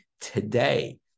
today